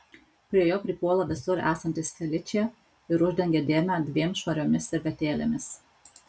prie jo pripuola visur esantis feličė ir uždengia dėmę dviem švariomis servetėlėmis